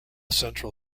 central